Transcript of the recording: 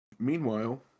Meanwhile